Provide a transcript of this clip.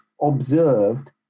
observed